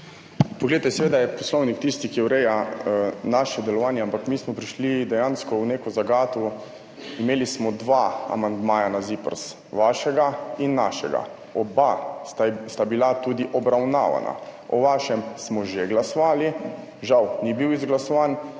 SD):** Seveda je poslovnik tisti, ki ureja naše delovanje, ampak mi smo prišli dejansko v neko zagato. Imeli smo dva amandmaja na ZIPRS, vašega in našega. Oba sta bila tudi obravnavana, o vašem smo že glasovali, žal ni bil izglasovan.